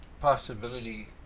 possibility